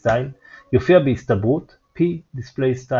\displaystyle יופיע בהסתברות p \displaystyle